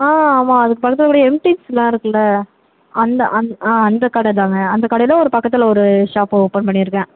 ஆ ஆமாம் அதுக்கு பக்கத்தில் கூட எம்டிஸ்லாம் இருக்குல்ல அந்த அந்த ஆ அந்த கடை தாங்க அந்த கடையில ஒரு பக்கத்தில் ஒரு ஷாப் ஓப்பன் பண்ணியிருக்கேன்